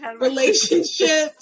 relationships